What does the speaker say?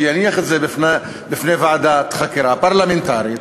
שיניח את זה בפני ועדת חקירה פרלמנטרית,